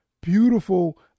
beautiful